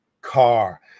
car